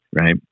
right